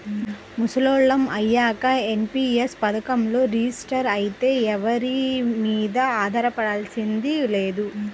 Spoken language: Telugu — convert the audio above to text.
ముసలోళ్ళం అయ్యాక ఎన్.పి.యస్ పథకంలో రిజిస్టర్ అయితే ఎవరి మీదా ఆధారపడాల్సింది లేదు